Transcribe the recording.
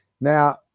Now